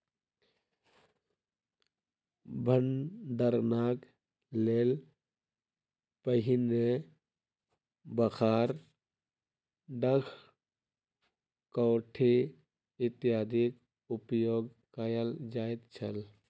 भंडारणक लेल पहिने बखार, ढाक, कोठी इत्यादिक उपयोग कयल जाइत छल